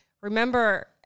remember